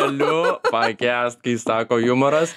galiu pakęst kai sako jumoras